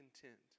content